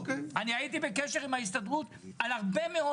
אני הייתי בקשר עם ההסתדרות הרבה מאוד